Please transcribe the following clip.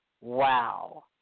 Wow